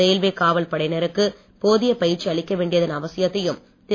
railway காவல் படையினருக்கு போதிய பயிற்சி அளிக்க வேண்டியதன் அவசியத்தையும் திரு